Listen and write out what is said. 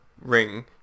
ring